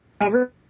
cover